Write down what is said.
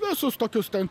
visus tokius ten